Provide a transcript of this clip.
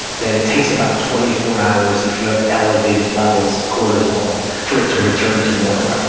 that it takes about twenty four hours if you have elevated levels of cortisol for it to return to normal.